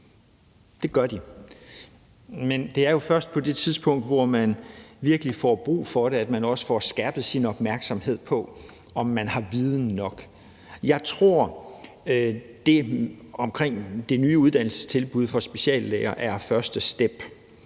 Det gør de. Men det er jo først på det tidspunkt, hvor man virkelig får brug for det, at man også får skærpet sin opmærksomhed på, om man har viden nok. Jeg tror, at det nye uddannelsestilbud for speciallæger er første step.